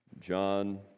John